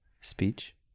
Speech